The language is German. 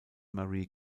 marie